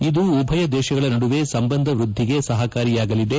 ಇದು ಉಭಯ ದೇತಗಳ ನಡುವೆ ಸಂಬಂಧ ವ್ಯದ್ದಿಗೆ ಸಹಕಾರಿಯಾಗಲಿದೆ